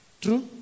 True